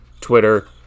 Twitter